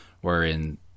wherein